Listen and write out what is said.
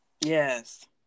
Yes